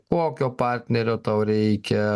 kokio partnerio tau reikia